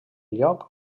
lloc